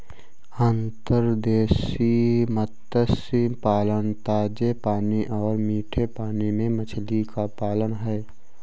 अंतर्देशीय मत्स्य पालन ताजे पानी और मीठे पानी में मछली का पालन है